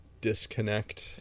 disconnect